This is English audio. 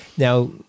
Now